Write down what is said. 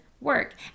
work